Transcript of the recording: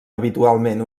habitualment